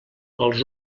els